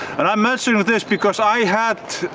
and i'm mentioning this because i had,